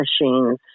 machines